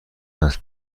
است